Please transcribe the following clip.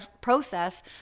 process